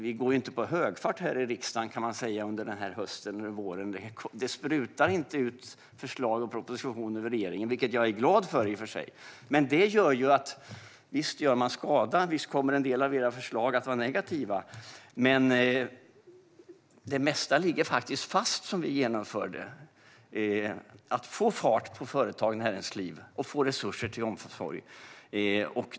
Vi går inte på högfart här i riksdagen under den här hösten och våren. Det sprutar inte ut förslag och propositioner från regeringen, vilket jag i och för sig är glad för. Visst gör man skada. Visst kommer en del av era förslag att vara negativa. Men det mesta som vi genomförde ligger fast. Det handlar om att få fart på företag och näringsliv och få resurser till omsorg.